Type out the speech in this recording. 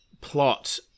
plot